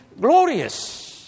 glorious